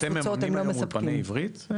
אתם מממנים גם אולפני עברית?